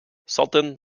sultan